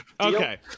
Okay